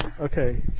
Okay